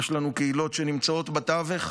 יש לנו קהילות שנמצאות בתווך,